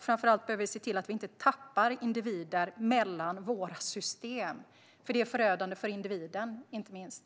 Framför allt behöver vi se till att inte tappa individer mellan våra system. Det är förödande, inte minst för individen.